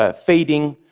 ah fading,